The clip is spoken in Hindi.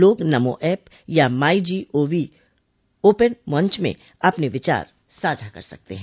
लोग नमो ऐप या my G O V open मंच में अपने विचार साझा कर सकते हैं